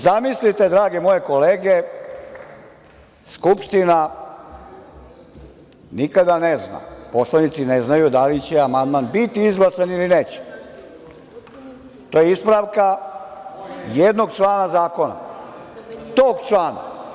Zamislite, drage moje kolege, Skupština nikada ne zna, poslanici ne znaju da li će amandman biti izglasan ili neće, to je ispravka jednog člana zakona, tog člana.